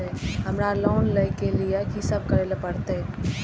हमरा लोन ले के लिए की सब करे परते?